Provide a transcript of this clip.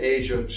Asia